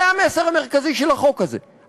זה המסר המרכזי של החוק הזה,